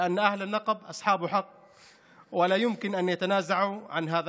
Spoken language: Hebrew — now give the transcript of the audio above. אנחנו מכירים היטב את החוקים ומכבדים אותם,